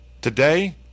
Today